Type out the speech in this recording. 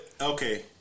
okay